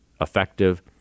effective